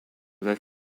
that